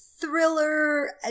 thriller